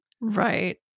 Right